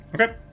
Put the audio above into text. Okay